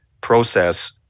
process